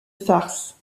farces